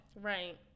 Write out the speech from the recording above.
Right